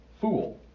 fool